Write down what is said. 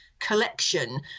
collection